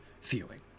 feeling